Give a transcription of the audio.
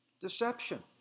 Deception